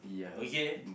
okay